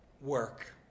work